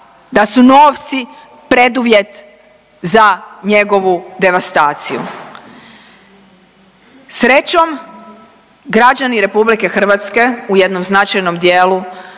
da su novci preduvjet za njegovu devastaciju. Srećom građani RH u jednom značajnom dijelu